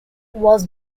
was